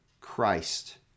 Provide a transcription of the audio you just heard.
Christ